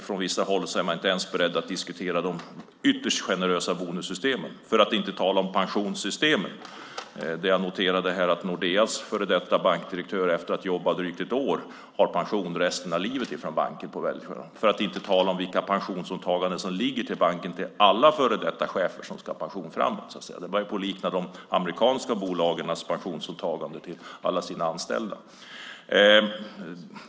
Från vissa håll är man inte ens beredd att diskutera de ytterst generösa bonussystemen, för att inte tala om pensionssystemen - jag noterade att Nordeas före detta bankdirektör, efter att ha jobbat drygt ett år, har pension resten av livet från banken - och för att inte tala om vilka pensionsåtaganden som ligger i banker gentemot alla före detta chefer som ska ha pension framöver. De börjar likna de amerikanska bolagens pensionsåtaganden gentemot alla sina anställda.